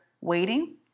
waiting